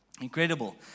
Incredible